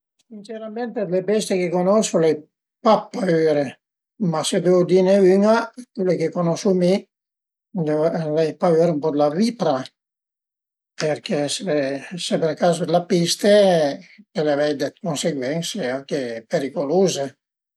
Sincerament d'le bestie che cunosu l'ai pa paüre, ma se deu dine ün-a dë chele che cunosu mi devu avei paüra ën po d'la vipra përché se per cazo t'la piste, pöle avei dë cunseguense anche periculuze